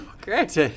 Great